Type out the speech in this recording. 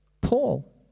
Paul